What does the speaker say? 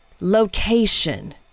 location